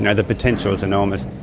and the potential is enormous,